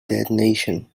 detonation